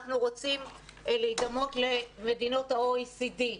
אנחנו רוצים להידמות למדינות ה-OECD,